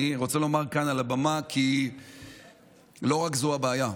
אני רוצה לומר כאן על הבמה כי לא רק זו הבעיה.